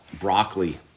broccoli